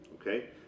okay